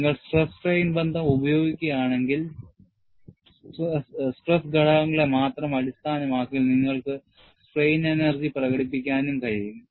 നിങ്ങൾ stress strain ബന്ധം ഉപയോഗിക്കുകയാണെങ്കിൽ സ്ട്രെസ് ഘടകങ്ങളെ മാത്രം അടിസ്ഥാനമാക്കി നിങ്ങൾക്ക് സ്ട്രെയിൻ എനർജി പ്രകടിപ്പിക്കാനും കഴിയും